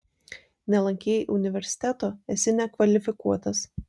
nelankei universiteto esi nekvalifikuotas